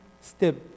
step